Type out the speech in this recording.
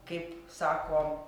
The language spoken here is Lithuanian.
kaip sako